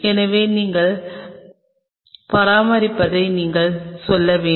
எனவே நீங்கள் பராமரிப்பதை நீங்கள் சொல்ல வேண்டும்